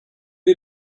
est